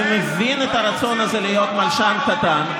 אני מבין את הרצון הזה להיות מלשן קטן,